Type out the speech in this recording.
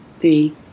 three